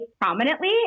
prominently